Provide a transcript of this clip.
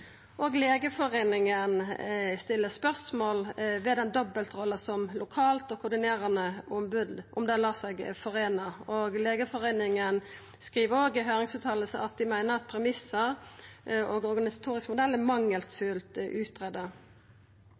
stiller spørsmål ved om dobbeltrolla som lokalt og koordinerande ombod lar seg foreina, og Legeforeningen skriv i høyringsfråsegna at dei meiner at «både premisser og organisatorisk modell er